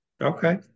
Okay